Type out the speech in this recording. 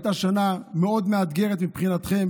הייתה שנה מאתגרת מאוד מבחינתכם,